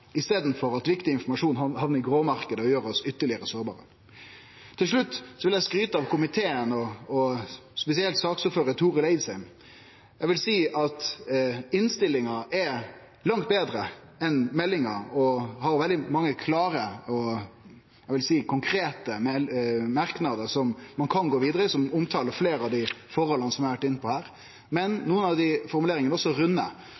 i systema, i staden for at viktig informasjon hamnar i den grå marknaden og gjer oss meir sårbare. Til slutt vil eg skryte av komiteen og spesielt saksordførar Torill Eidsheim. Eg vil seie at innstillinga er langt betre enn meldinga, og har veldig mange klare og – vil eg seie – konkrete merknader som ein kan gå vidare med, og som omtaler fleire av dei forholda eg har vore inne på her.